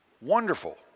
Wonderful